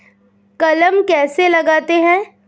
कलम कैसे लगाते हैं?